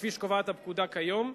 כפי שקובעת הפקודה כיום,